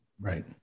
right